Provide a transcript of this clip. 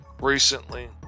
recently